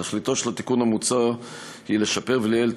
תכליתו של התיקון המוצע היא לשפר ולייעל את